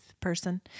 person